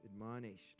admonished